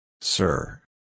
Sir